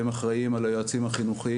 שהם אחראים על היועצים החינוכיים,